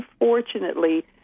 Unfortunately